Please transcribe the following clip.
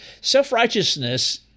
Self-righteousness